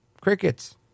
Crickets